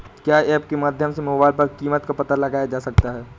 क्या ऐप के माध्यम से मोबाइल पर कीमत का पता लगाया जा सकता है?